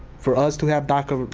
for us to have daca,